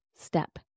step